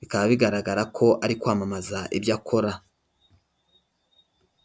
bikaba bigaragara ko ari kwamamaza ibyo akora.